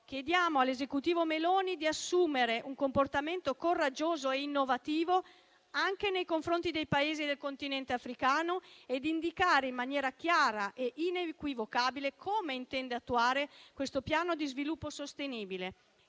Chiediamo all'Esecutivo Meloni di assumere un comportamento coraggioso e innovativo anche nei confronti dei paesi del Continente africano e di indicare, in maniera chiara e inequivocabile, come intende attuare questo piano di sviluppo sostenibile,